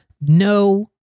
no